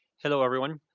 hello, everyone.